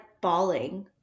bawling